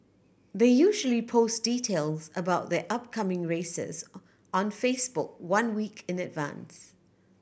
they usually post details about their upcoming races on Facebook one week in advance